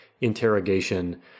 interrogation